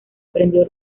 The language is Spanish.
aprendió